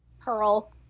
Pearl